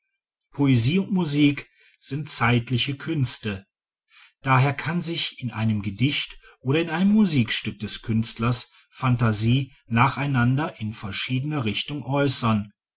poesie und musik sind zeitliche künste daher kann sich in einem gedicht oder in einem musikstück des künstlers phantasie nacheinander in verschiedener richtung äußern